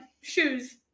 shoes